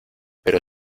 pero